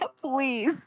please